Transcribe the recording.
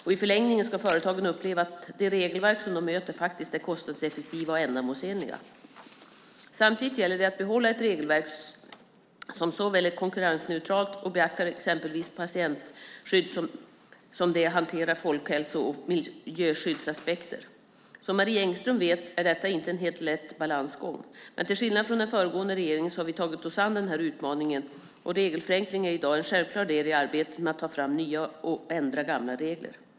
Och i förlängningen ska företagen uppleva att de regelverk de möter faktiskt är kostnadseffektiva och ändamålsenliga. Samtidigt gäller det att behålla ett regelverk som såväl är konkurrensneutralt och beaktar exempelvis patientskydd som hanterar folkhälso och miljöskyddsaspekter. Som Marie Engström vet är detta en inte helt lätt balansgång. Men till skillnad från den föregående regeringen har vi tagit oss an den här utmaningen, och regelförenkling är i dag en självklar del i arbetet med att ta fram nya och ändra gamla regler.